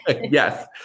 Yes